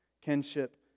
kinship